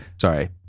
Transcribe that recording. Sorry